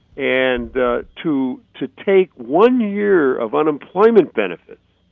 and to to take one year of unemployment benefits